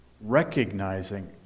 recognizing